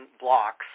blocks